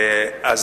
אז